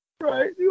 Right